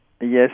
Yes